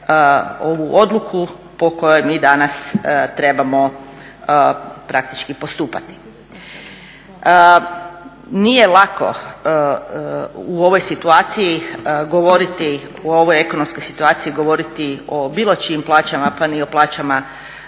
ovu odluku po kojoj mi danas trebamo praktički postupati. Nije lako u ovoj situaciji govoriti, u ovoj ekonomskoj situaciji govoriti o bilo čijim plaćama pa ni o plaćama